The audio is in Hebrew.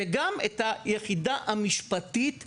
וגם את היחידה המשפטית ביחד.